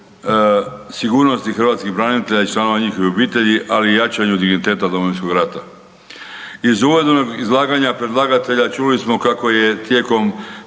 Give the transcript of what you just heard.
hrvatskih branitelja i članova njihovih obitelji, ali i jačanju digniteta Domovinskog rata. Iz uvodnog izlaganja predlagatelja čuli smo kako tijekom